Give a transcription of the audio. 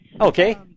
Okay